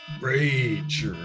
rage